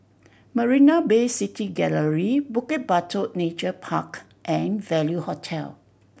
Marina Bay City Gallery Bukit Batok Nature Park and Value Hotel